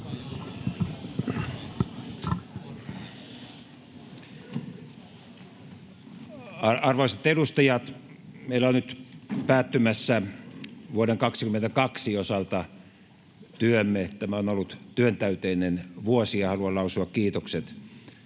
Arvoisat edustajat! Meillä on nyt päättymässä vuoden 22 osalta meidän työmme. Tämä on ollut työntäyteinen vuosi, ja haluan lausua kiitokset